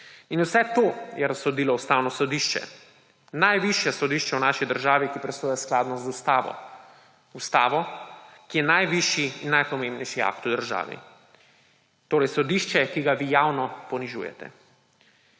In vse to je razsodilo Ustavno sodišče, najvišje sodišče v naši državi, ki presoja skladnost z ustavo, ustavo, ki je najvišji in najpomembnejši akt v državi. Torej sodišče, ki ga vi javno ponižujete.